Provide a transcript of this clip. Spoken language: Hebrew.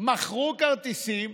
מכרו כרטיסים,